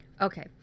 Okay